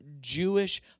Jewish